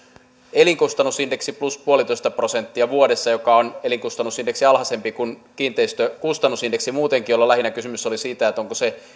elinkustannusindeksi plus yksi pilkku viisi prosenttia vuodessa ja elinkustannusindeksi on alhaisempi kuin kiinteistön kustannusindeksi muutenkin jolloin lähinnä kysymys oli siitä onko